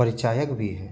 परिचायक भी है